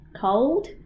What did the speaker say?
cold